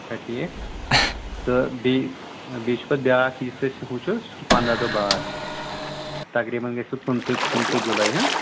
چھا ٹھیٖک تہٕ بییٚہِ بیٚیہِ چھُ پَتہٕ بیٛاکھ یُس اَسہِ ہُہ چھُ سُہ چھُ پنٛداہ دۄہ بعد تقریٖباً گژھِ سُہ پٕنژٕہ پٕنژٕہ جُلَے ہہ